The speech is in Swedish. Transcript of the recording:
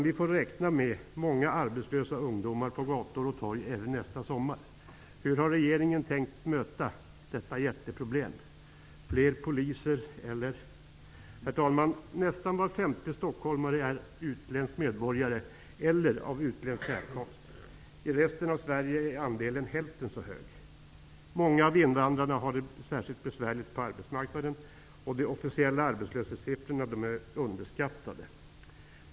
Vi får räkna med många arbetslösa ungdomar på gator och torg även nästa sommar. Hur har regeringen tänkt möta detta jätteproblem -- fler poliser eller? Herr talman! Nästan var femte stockholmare är utländsk medborgare eller av utländsk härkomst. I resten av Sverige är andelen hälften så stor. Många av invandrarna har det särskilt besvärligt på arbetsmarknaden, och de officiella arbetslöshetssiffrorna är underskattade.